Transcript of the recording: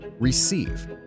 receive